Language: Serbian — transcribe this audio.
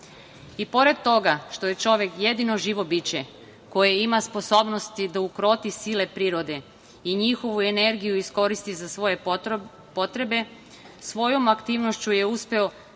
pored toga što je čovek jedino živo biće koje ima sposobnosti da ukroti sile prirode i njihovu energiju iskoristi za svoje potrebe, svojom aktivnošću je uspeo